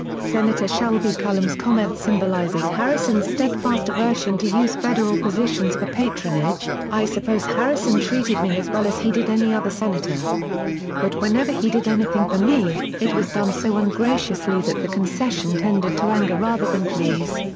senator shelby cullom's comment symbolizes harrison's steadfast aversion to use federal positions for patronage i suppose harrison treated me as well as he did any other senator but whenever he did anything for me, me, it was done so ungraciously that the concession tended to anger rather than please.